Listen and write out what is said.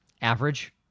Average